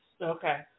Okay